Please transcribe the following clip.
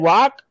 Rock